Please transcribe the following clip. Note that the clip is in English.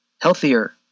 healthier